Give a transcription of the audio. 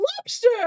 lobster